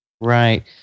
Right